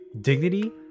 dignity